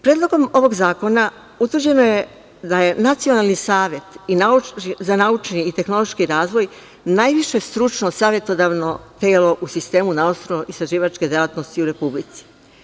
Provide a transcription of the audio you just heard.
Predlogom ovog zakona utvrđeno je da je Nacionalni savet za naučni i tehnološki razvoj najviše stručno savetodavno telo u sistemu naučno-istraživačke delatnosti u Republici.